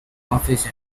office